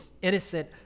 innocent